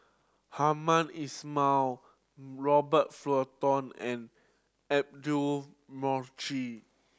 Hamed Ismail Robert Fullerton and Audra